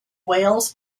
wales